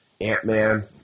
Ant-Man